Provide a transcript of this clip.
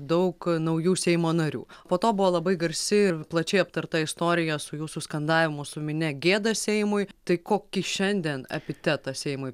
daug naujų seimo narių po to buvo labai garsi ir plačiai aptarta istorija su jūsų skandavimu su minia gėda seimui tai kokį šiandien epitetą seimui